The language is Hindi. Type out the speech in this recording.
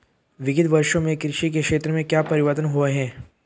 विगत वर्षों में कृषि के क्षेत्र में क्या परिवर्तन हुए हैं?